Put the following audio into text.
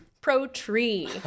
Pro-tree